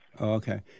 Okay